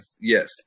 Yes